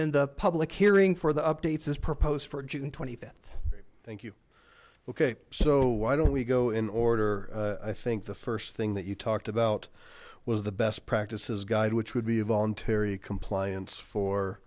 then the public hearing for the updates is proposed for june twenty fifth thank you ok so why don't we go in order i think the first thing that you talked about was the best practices guide which would be voluntary compliance for